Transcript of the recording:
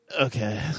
okay